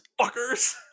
Fuckers